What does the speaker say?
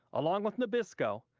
along with nabisco,